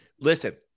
Listen